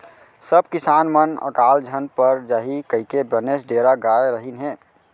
सब किसान मन अकाल झन पर जाही कइके बनेच डेरा गय रहिन हें